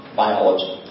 biology